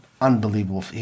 Unbelievable